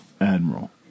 Admiral